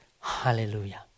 Hallelujah